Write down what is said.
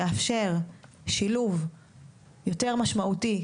יאפשר שילוב יותר משמעותי,